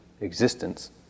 existence